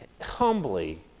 humbly